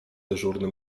dyżurny